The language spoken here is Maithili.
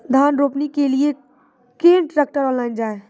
धान रोपनी के लिए केन ट्रैक्टर ऑनलाइन जाए?